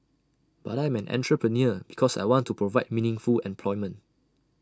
but I'm an entrepreneur because I want to provide meaningful employment